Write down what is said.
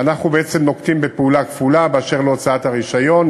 אנחנו בעצם נוקטים פעולה כפולה באשר להוצאת הרישיון,